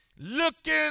Looking